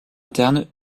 interne